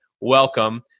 Welcome